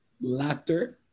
laughter